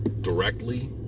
directly